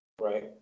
Right